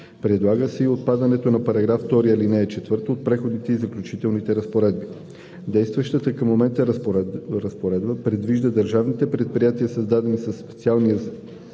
Предлага се и отпадането на § 2, ал. 4 от Преходните и заключителни разпоредби. Действащата към момента разпоредба предвижда държавните предприятия, създадени със специални